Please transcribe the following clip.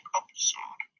episode